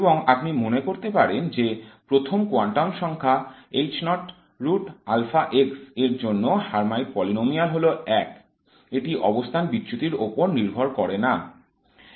এবং আপনি মনে করতে পারেন যে প্রথম কোয়ান্টাম সংখ্যা এর জন্য হার্মাইট পলিনোমিয়াল হল 1 এটি অবস্থান বিচ্যুতির ওপর নির্ভর করে না